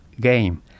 game